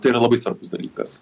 tai yra labai svarbus dalykas